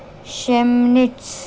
Chemnitz